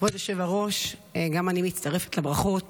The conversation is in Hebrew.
כבוד היושב-ראש, גם אני מצטרפת לברכות